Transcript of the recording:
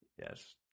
Yes